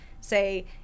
say